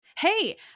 Hey